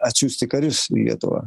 atsiųsti karius į lietuvą